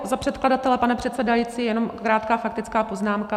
Za předkladatele, pane předsedající, jenom krátká faktická poznámka.